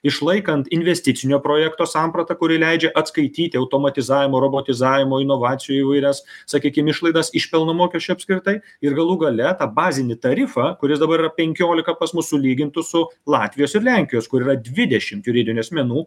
išlaikant investicinio projekto sampratą kuri leidžia atskaityti automatizavimą robotizavimo inovacijų įvairias sakykim išlaidas iš pelno mokesčio apskritai ir galų gale tą bazinį tarifą kuris dabar yra penkiolika pas mus sulygintų su latvijos ir lenkijos kur yra dvidešim juridinių asmenų